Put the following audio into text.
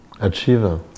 Achieve